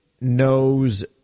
knows